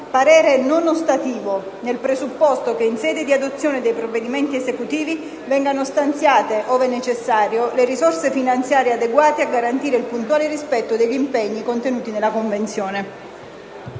parere non ostativo, nel presupposto che, in sede di adozione dei provvedimenti esecutivi, vengano stanziate, ove necessario, le risorse finanziarie adeguate a garantire il puntuale rispetto degli impegni contenuti nella Convenzione».